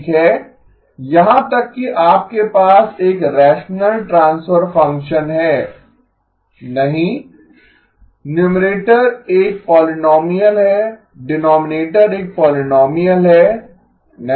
ठीक है यहां तक कि आपके पास एक रैशनल ट्रांसफर फंक्शन है नहीं न्यूमरेटर एक पोलीनोमीअल है डीनोमीनेटर एक पोलीनोमीअल है